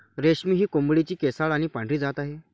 रेशमी ही कोंबडीची केसाळ आणि पांढरी जात आहे